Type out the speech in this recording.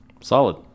Solid